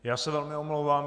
Já se velmi omlouvám.